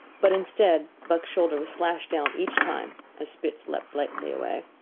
but instead, buck's shoulder was slashed down each time as spitz leaped lightly away.